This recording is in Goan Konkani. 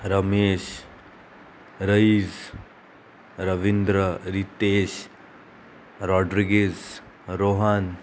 रमेश रईज रविंद्र रितेश रॉड्रिगीस रोहन